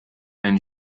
and